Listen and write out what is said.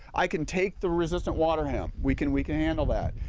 i can take the resistance water hemp, we can we can handle that.